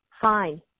Fine